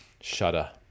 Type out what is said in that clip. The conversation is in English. shudder